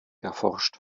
erforscht